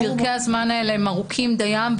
פרקי הזמן האלה הם ארוכים דיים,